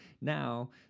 Now